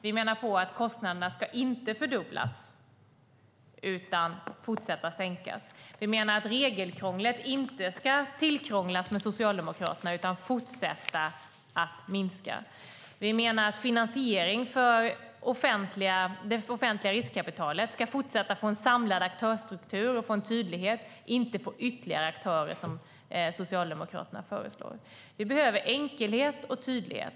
Vi menar att kostnaderna inte ska fördubblas utan fortsätta sänkas. Vi menar att regelkrånglet inte ska öka med Socialdemokraterna utan fortsätta minska. Vi menar att finansiering från det offentliga riskkapitalet ska fortsätta få en samlad aktörsstruktur och få en tydlighet, och inte få ytterligare aktörer som Socialdemokraterna föreslår. Vi behöver enkelhet och tydlighet.